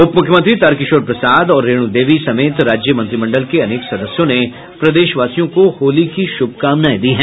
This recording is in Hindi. उपमुख्यमंत्री तारकिशोर प्रसाद और रेणु देवी समेत राज्य मंत्रिमंडल के अनेक सदस्यों ने प्रदेशवासियों को होली की शुभकामनाएं दी हैं